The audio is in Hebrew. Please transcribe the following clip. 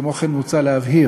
כמו כן, מוצע להבהיר